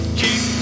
keep